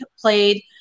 played